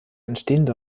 entstehende